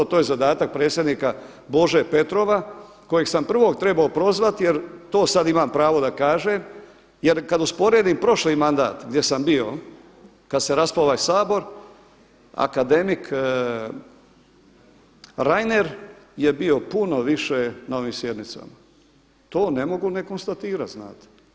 To je zadatak predsjednika Bože Petrova kojeg sam prvog trebao prozvati jer to sada imam pravo da kažem jer kada usporedim prošli mandat gdje sam bio kada se raspao ovaj Sabor, akademik Reiner je bio puno više na ovim sjednicama, to ne mogu ne konstatirat znate.